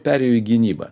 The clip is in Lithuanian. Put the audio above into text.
perėjo į gynybą